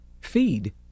feed